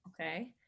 Okay